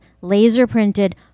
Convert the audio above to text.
laser-printed